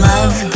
Love